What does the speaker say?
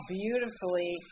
beautifully